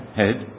head